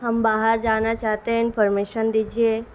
ہم باہر جانا چاہتے ہیں انفارمیشن دیجیے